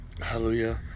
hallelujah